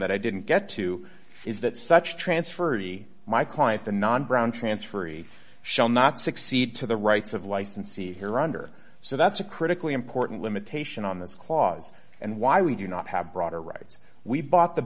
that i didn't get to is that such transferred my client the non brown transferee shall not succeed to the rights of licensee here under so that's a critically important limitation on this clause and why we do not have broader rights we bought the